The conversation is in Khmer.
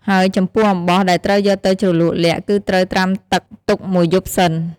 ហើយចំពោះអំបោះដែលត្រូវយកទៅជ្រលក់ល័ក្តគឺត្រូវត្រាំទឹកទុកមួយយប់សិន។